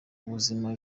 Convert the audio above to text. ubuzima